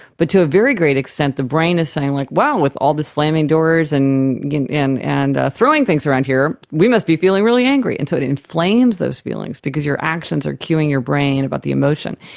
but to a very great extent the brain is saying, like wow, with all the slamming doors and you know and throwing things around here, we must be feeling really angry, and so it enflames those feelings because your actions are cueing your brain about the emotion.